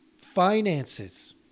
finances